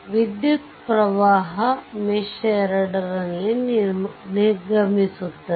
ವಿದ್ಯುತ್ ಪ್ರವಾಹವು ಮೆಶ್ 2 ನಲ್ಲಿ ನಿರ್ಗಮಿಸುತ್ತದೆ